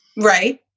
Right